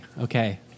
okay